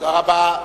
תודה רבה.